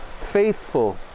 faithful